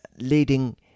leading